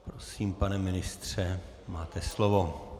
Prosím, pane ministře, máte slovo.